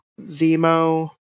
Zemo